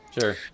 Sure